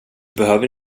behöver